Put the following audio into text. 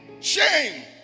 shame